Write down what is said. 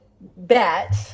bet